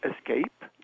escape